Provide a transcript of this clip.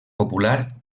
popular